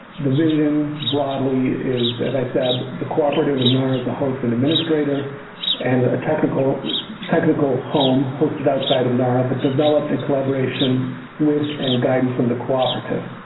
the vision broadly is, as i said, the cooperative and nara is the host and administrator and a ah technical home hosted outside of nara, but developed in collaboration with and guidance from the cooperative.